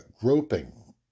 groping